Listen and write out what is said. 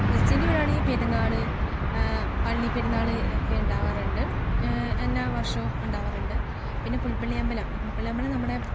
ക്രിസ്ത്യൻ്റെ വരുവാണെങ്കിൽ പെരുന്നാൾ പള്ളിപെരുന്നാൾ ഒക്കെ ഉണ്ടാവാറുണ്ട് എല്ലാ വർഷവും ഉണ്ടാവാറുണ്ട് പിന്നെ പുൽപ്പള്ളി അമ്പലം പുൽപ്പള്ളി അമ്പലം നമ്മുടെ